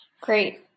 Great